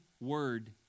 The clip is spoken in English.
word